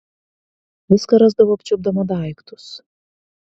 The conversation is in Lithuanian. viską rasdavo apčiuopdama daiktus